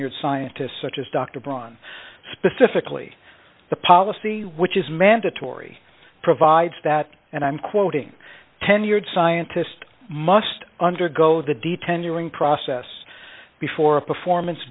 tenured scientists such as dr braun specifically the policy which is mandatory provides that and i'm quoting tenured scientist must undergo the detention hearing process before a performance